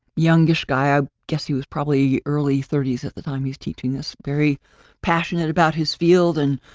young-ish guy i guess he was probably early thirty s at the time, he's teaching this very passionate about his field and,